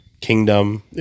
kingdom